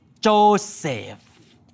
Joseph